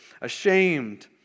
ashamed